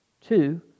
Two